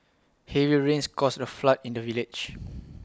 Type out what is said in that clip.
heavy rains caused A flood in the village